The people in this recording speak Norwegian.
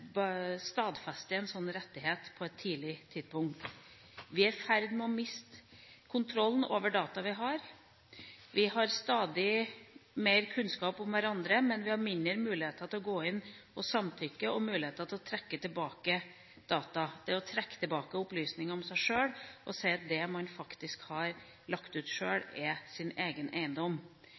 en sånn rettighet på et tidlig tidspunkt. Vi er i ferd med å miste kontrollen over data vi har. Vi har stadig mer kunnskap om hverandre, men vi har mindre muligheter til å gå inn og samtykke og muligheter til å trekke tilbake data – det å trekke tilbake opplysninger om en sjøl, og å si at det man faktisk har lagt ut sjøl, er ens egen eiendom.